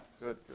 Good